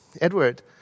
Edward